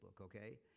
okay